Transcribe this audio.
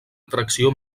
atracció